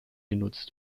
genutzt